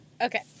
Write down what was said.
Okay